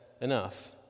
enough